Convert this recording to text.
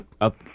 up